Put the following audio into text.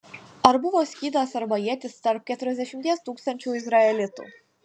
ar buvo skydas arba ietis tarp keturiasdešimties tūkstančių izraelitų